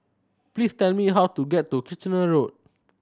please tell me how to get to Kitchener Road